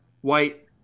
white